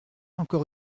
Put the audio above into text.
encore